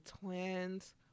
twins